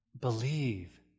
Believe